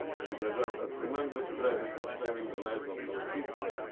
who deserve a tremendous credit for saving the lives of those people,